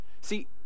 See